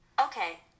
Okay